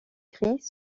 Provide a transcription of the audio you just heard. cris